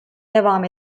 devam